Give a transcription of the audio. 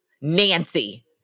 Nancy